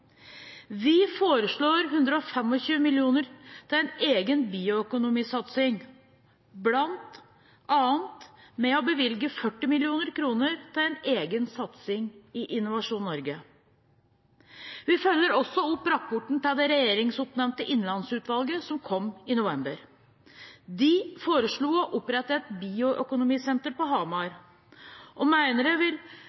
Vi foreslår 125 mill. kr til en egen bioøkonomisatsing, bl.a. ved å bevilge 40 mill. kr til en egen satsing i Innovasjon Norge. Vi følger også opp rapporten til det regjeringsoppnevnte Innlandsutvalget, som kom i november. De foreslo å opprette et bioøkonomisenter på Hamar, og mener det vil